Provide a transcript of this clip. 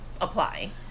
apply